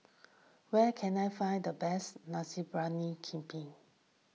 where can I find the best Nasi Briyani Kambing